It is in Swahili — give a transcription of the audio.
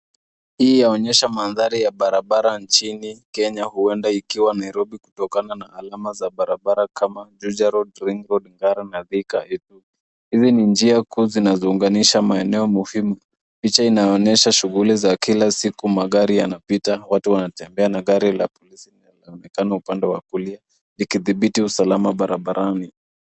Hii yaonyesha mandhari ya barabara nchini Kenya, huenda ikiwa Nairobi kutokana na alama za barabara kama Juja Road, Ring Road, Ngara, na Thika. Hizi ni njia kuu zinazounganisha maeneo muhimu. Picha inaonyesha shughuli za kila siku; magari yanapita, watu wanatembea, na gari la polisi linaonekana upande wa kulia ikidhibiti usalama barabarani.